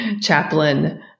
chaplain